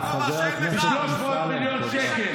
לא אתה, לא הצעקות שלך.